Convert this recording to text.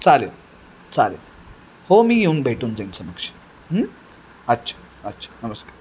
चालेल चालेल हो मी येऊन भेटून जाईन समक्ष अच्छा अच्छा नमस्कार